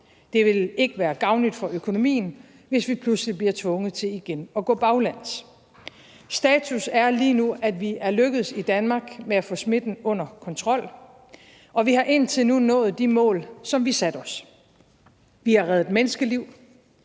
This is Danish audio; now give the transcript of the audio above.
Det vil ikke være gavnligt for økonomien, hvis vi pludselig bliver tvunget til igen at gå baglæns. Status er lige nu, at vi er lykkedes i Danmark med at få smitten under kontrol, og vi har indtil nu nået de mål, som vi satte os. Vi har reddet menneskeliv,